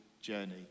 journey